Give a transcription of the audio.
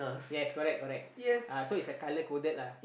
yes correct correct uh so it's colour coded lah